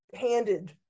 handed